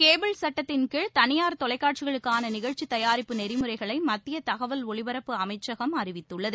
cable சட்டத்தின் கீழ் தனியார் தொலைக்காட்சிகளுக்கான நிகழ்ச்சி தயாரிப்பு நெறிமுறைகளை மத்திய தகவல் ஒளிபரப்பு அமைச்சகம் அறிவித்துள்ளது